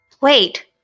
Wait